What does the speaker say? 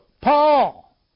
Paul